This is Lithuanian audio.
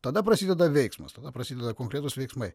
tada prasideda veiksmas tada prasideda konkretūs veiksmai